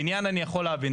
בניין אני יכול להבין,